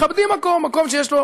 מכבדים מקום שיש לו